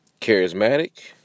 charismatic